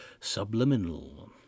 subliminal